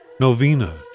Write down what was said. Novena